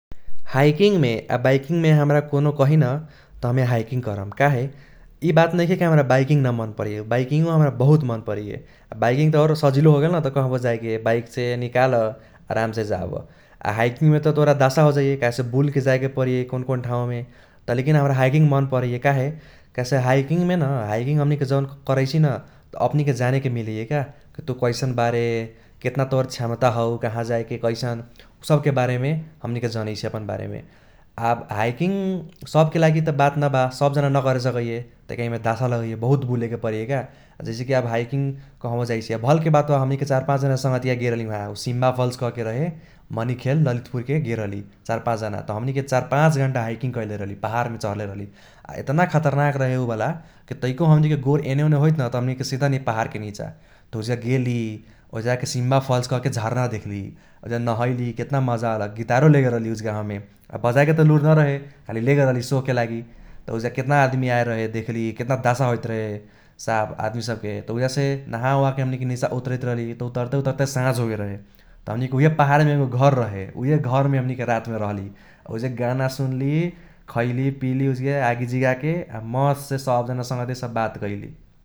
हाइकिंगमे आ बाइकिंगमे हमरा कौनो कही न त हमे हाइकिंग करम। काहे इ बात नाइखे कि हमरा बाइकिंग न मन परैये बाइकिंगो हमरा बहुत मन परैये । बाइकिंग त और सजिलो होगेल न त कहबो जाइके। बाइकसे निकाल आरामसे जाब। आ हाइकिंगमे त तोरा दासा होजैये काहेसे बुल के जाएके परैये कौन कौन ठाउमे । त लेकिन हमरा हाइकिंग मन परैये काहे काहेसे हाइकिंगमे न हाइकिंग हमनीके जवोन करैसि न त अपनीके जानेके मिलैये का। कि तु कैसन बारे केतना तोरा क्षमता हौ काहा जाइके कैसन उसबके बारेमे हमनीके जनैसि अपन बारेमे। आब हाइकिंग सबके लागि त बात न बा सब जना न करे सकैये तैका इमे दासा लगैये बहुत बुलेके परैये का आ जैसे किआब हाइकिंग कहबो जाइसि। भलके बात बा हमनीके चार पाच जना संगहतिया गेल रहली ऊहा सिम्बा फल्स कह के रहे मनीखेल ललितपुरके गेल रहली चार पाच जना । त हमनीके चार पाच घन्टा हाइकिंग कैले रहली पाहाडमे चढ़ले रहली। आ एतना खतरनाक रहे उ बाला कि तैको हमनीके गोर एने ओने होइत न त हमनीके सीधा इ पाहाडके नीचा। त उजगा गेली उजगा जाके सिम्बा फल्स कहके झर्ना देख्ली आ उजगा नहैली केतना मजा अलक। गितारो लेगेल रहली उजगा हमे बजाएके त लूर न रहे खाली लेगेल रहली शोके लागि त उजगा केतना आदमी आएल रहे देखली केतना दासा होइत रहे साफ आदमी सब के। त उजगासे नाहा ओहाके हमनीके नीचा उतरहाइत रहली त उतर ते उतर ते साझ होगेल रहे त हमनीके उहे पाहारमे एगो रहे उहे घरमे हमनीके रातमे रहली। आ उजगे गाना सुनली खैली पीली उजगे आगी जिगाके आ मस्तसे सब जना संगहतिया सब बात कैली।